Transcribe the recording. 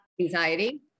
anxiety